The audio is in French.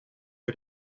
que